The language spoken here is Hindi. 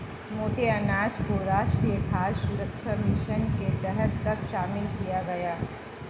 मोटे अनाज को राष्ट्रीय खाद्य सुरक्षा मिशन के तहत कब शामिल किया गया?